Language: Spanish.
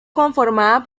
conformada